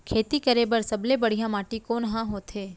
खेती करे बर सबले बढ़िया माटी कोन हा होथे?